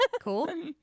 Cool